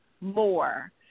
more